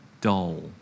dull